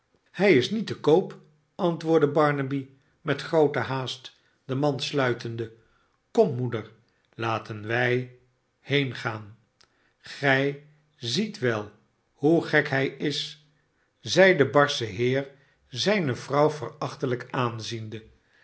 hij is niet te koop antwoordde barnaby met groote haast de mand sluitende ko'rn moeder laten wij heengaan gij ziet wel hoe gek hi j is zeide d b che heu zijne vrouw verachtelijk aanziende